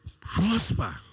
prosper